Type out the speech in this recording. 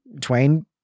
Twain